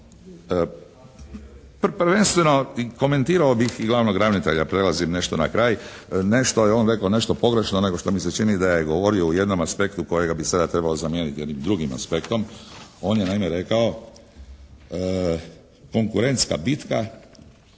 Prvenstveno komentirao bih i glavnog ravnatelja, prelazim nešto na kraj. Nešto je on rekao nešto pogrešno nego što mi se činio da je govorio u jednome aspektu kojega bi sada trebao zamijeniti jednim drugim aspektom. On je naime rekao konkurentska bitka